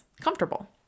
comfortable